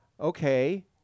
Okay